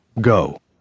Go